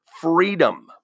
freedom